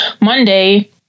Monday